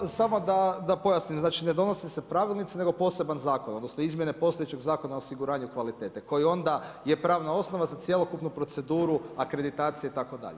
Kolega, samo da pojasnim, znači, ne donose se pravilnici, nego poseban zakon, odnosno izmjene postojećeg zakona o osiguranju kvalitete, koja onda je pravna osnova za cjelokupnu proceduru, akreditacije itd.